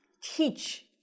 teach